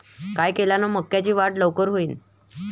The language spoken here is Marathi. काय केल्यान मक्याची वाढ लवकर होईन?